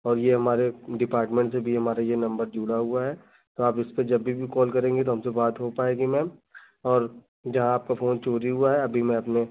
और यह हमारे डिपार्ट्मेन्ट से भी यह हमारे यह नंबर जुड़ा हुआ है तो आप इसपर जब भी कॉल करेंगी तो हमसे बात हो पाएगी मैम और जहाँ आपका फोन चोरी हुआ है अभी में अपने